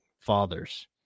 fathers